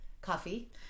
Coffee